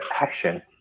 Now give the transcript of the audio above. action